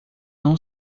não